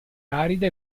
arida